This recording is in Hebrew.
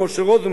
אבי נעים,